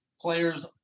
players